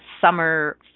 summer